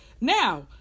Now